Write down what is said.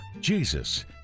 Jesus